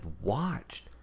watched